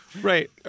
Right